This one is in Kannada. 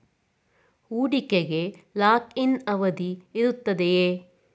ಹೂಡಿಕೆಗೆ ಲಾಕ್ ಇನ್ ಅವಧಿ ಇರುತ್ತದೆಯೇ?